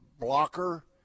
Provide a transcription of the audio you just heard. Blocker